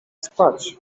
spać